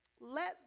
Let